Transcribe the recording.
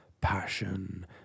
passion